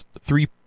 three